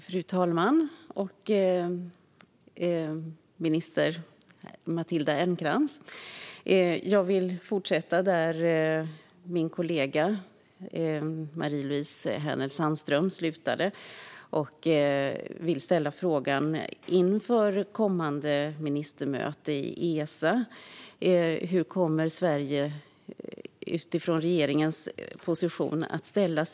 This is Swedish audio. Fru talman och statsrådet Matilda Ernkrans! Jag vill fortsätta där min kollega, Marie-Louise Hänel Sandström, slutade. Inför kommande ministermöte i Esa undrar jag vilken position Sveriges regering kommer att ha.